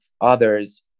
others